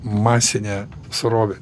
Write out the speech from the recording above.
masinę srovę